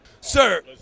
Sir